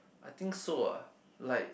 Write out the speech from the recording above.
I think so ah like